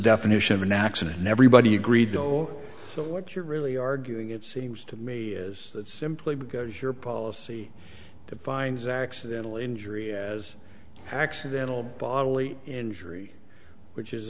definition of an accident and everybody agreed though so what you're really arguing it seems to me is that simply because your policy defines accidental injury as accidental bodily injury which is